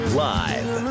live